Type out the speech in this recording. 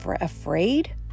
afraid